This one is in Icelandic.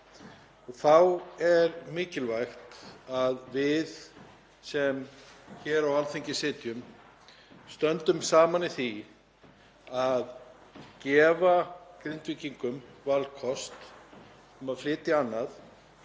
Þá er mikilvægt að við sem hér á Alþingi sitjum stöndum saman í því að gefa Grindvíkingum valkost um að flytja annað